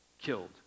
killed